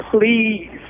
please